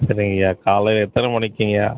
சரிங்கய்யா காலையில் எத்தனை மணிக்குங்கைய்யா